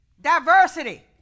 Diversity